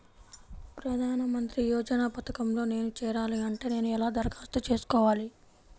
ప్రధాన మంత్రి యోజన పథకంలో నేను చేరాలి అంటే నేను ఎలా దరఖాస్తు చేసుకోవాలి?